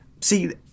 See